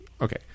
Okay